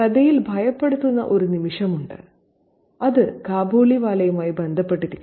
കഥയിൽ ഭയപ്പെടുത്തുന്ന ഒരു നിമിഷമുണ്ട് അത് കാബൂളിവാലയുമായി ബന്ധപ്പെട്ടിരിക്കുന്നു